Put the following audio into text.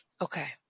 Okay